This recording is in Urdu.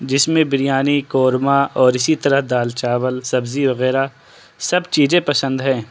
جس میں بریانی قورمہ اور اسی طرح دال چاول سبزی وغیرہ سب چیزیں پسند ہیں